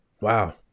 Wow